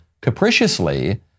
capriciously